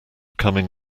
coming